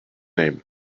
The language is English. name